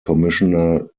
commissioner